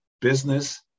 business